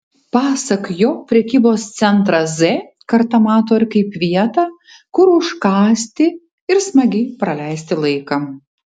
pasak jo prekybos centrą z karta mato ir kaip vietą kur užkąsti ir smagiai praleisti laiką